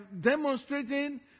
demonstrating